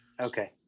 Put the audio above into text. Okay